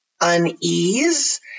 unease